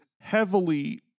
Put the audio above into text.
heavily